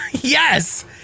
yes